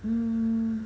mm